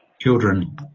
children